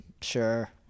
Sure